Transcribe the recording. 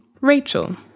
Rachel